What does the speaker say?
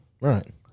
Right